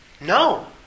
No